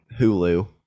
hulu